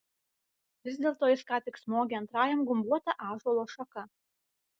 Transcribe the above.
vis dėlto jis ką tik smogė antrajam gumbuota ąžuolo šaka